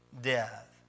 death